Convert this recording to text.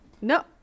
No